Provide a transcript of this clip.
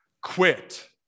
quit